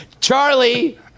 Charlie